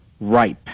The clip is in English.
ripe